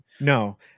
no